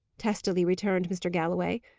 testily returned mr. galloway.